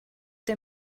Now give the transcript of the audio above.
der